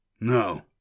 No